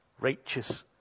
righteous